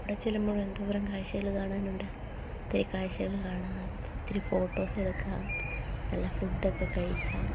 അവിടെ ചെല്ലുമ്പോള് എന്തോരം കാഴ്ചകള് കാണാനുണ്ട് ഒത്തിരി കാഴ്ചകള് കാണാം ഒത്തിരി ഫോട്ടോസ് എടുക്കാം നല്ല ഫുഡ്ഡൊക്കെ കഴിക്കാം